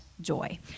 joy